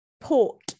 port